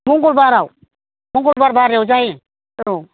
मंगलबाराव मंगलबार बारायाव जायो औ